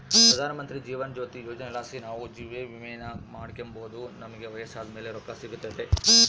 ಪ್ರಧಾನಮಂತ್ರಿ ಜೀವನ ಜ್ಯೋತಿ ಯೋಜನೆಲಾಸಿ ನಾವು ಜೀವವಿಮೇನ ಮಾಡಿಕೆಂಬೋದು ನಮಿಗೆ ವಯಸ್ಸಾದ್ ಮೇಲೆ ರೊಕ್ಕ ಸಿಗ್ತತೆ